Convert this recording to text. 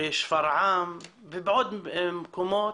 בשפרעם ובעוד מקומות,